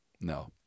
no